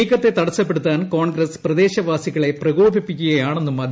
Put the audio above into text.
നീക്കത്തെ തടസ്സപ്പെടുത്താൻ കോൺഗ്രസ് പ്രദേശവാസികളെ പ്രകോപിപ്പിക്കുകയാണെന്നും അദ്ദേഹം പറഞ്ഞു